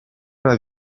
alla